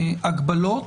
ובהגבלות,